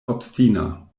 obstina